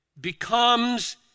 becomes